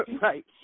right